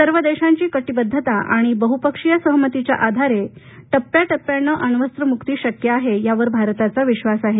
सर्व देशांची कटीबद्धता आणि बहुपक्षीय सहमतीच्या आधारे टप्प्याटप्प्यानं अण्वस्त्र मुक्ती शक्य आहे यावर भारताचा विश्वास आहे